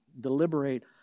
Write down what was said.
Deliberate